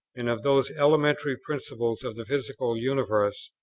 and of those elementary principles of the physical universe,